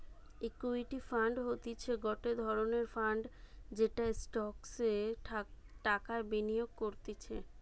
equity fund হতিছে গটে ধরণের ফান্ড যেটা স্টকসে টাকা বিনিয়োগ করতিছে